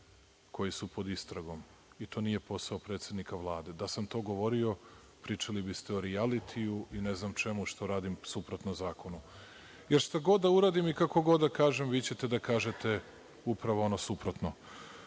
koji su pod istragom, i to nije posao predsednika Vlade. Da sam to govorio, pričali biste o rialitiju i ne znam čemu što radim suprotno zakonu, jer šta god da uradim i kako god da kažem, vi ćete da kažete upravo ono suprotno. Što